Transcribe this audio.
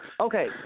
Okay